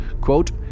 quote